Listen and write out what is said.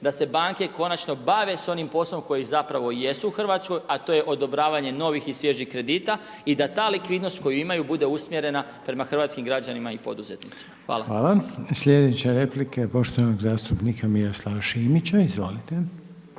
da se banke konačno bave sa onim poslom koji zapravo i jesu u Hrvatskoj a to je odobravanje novih i svježih kredita i da ta likvidnost koju imaju bude usmjerena prema hrvatskim građanima i poduzetnicima. Hvala. **Reiner, Željko (HDZ)** Hvala. Sljedeća replika je poštovanog zastupnika Miroslava Šimića. Izvolite.